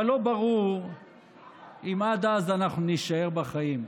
אבל לא ברור אם עד אז אנחנו נישאר בחיים.